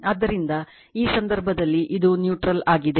ಆದ್ದರಿಂದ ಈ ಸಂದರ್ಭದಲ್ಲಿ ಇದು ನ್ಯೂಟ್ರಲ್ ಆಗಿದೆ